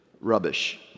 rubbish